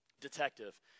detective